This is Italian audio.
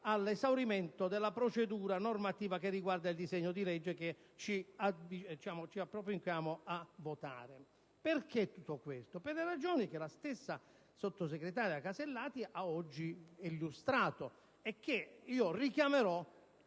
all'esaurimento della procedura normativa riguardante il disegno di legge che ci apprestiamo a votare. Perchè tutto questo? Per le ragioni che la stessa sottosegretaria Alberti Casellati ha oggi illustrato e che io richiamerò